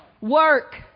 work